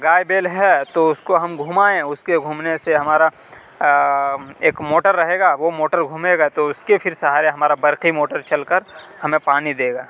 گائے بیل ہے تو اس کو ہم گھمائیں اس کے گھومنے سے ہمارا ایک موٹر رہے گا وہ موٹر گھومے گا تو اس کے پھر سہارے ہمارا برقی موٹر چل کر ہمیں پانی دے گا